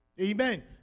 Amen